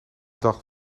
dag